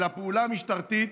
אלא פעולה משטרתית.